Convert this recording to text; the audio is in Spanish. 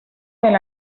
del